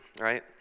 right